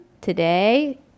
today